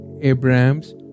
Abraham's